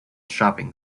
shopping